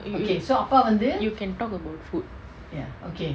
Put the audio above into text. you can talk about food